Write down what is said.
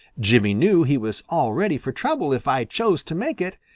jimmy knew he was all ready for trouble if i chose to make it,